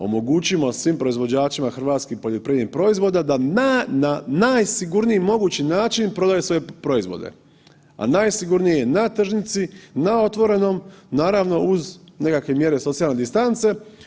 Omogućimo svim proizvođačima hrvatskih poljoprivrednih proizvoda da na najsigurniji mogući način prodaju svoje proizvode, a najsigurnije je na tržnici, na otvorenom naravno uz nekakve mjere socijalne distance.